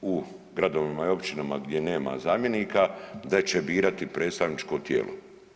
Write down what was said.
u gradovima i općinama gdje nema zamjenika da će birati predstavničko tijelo.